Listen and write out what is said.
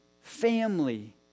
family